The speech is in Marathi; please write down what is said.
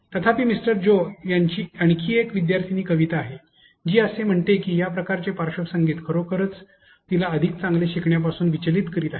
तथापि मिस्टर जो यांची आणखी एक विद्यार्थिनी कविता आहे जी असे म्हणते की या प्रकारचे पार्श्वसंगीत खरोखरच तीला अधिक चांगले शिकण्यापासून विचलित करीत आहे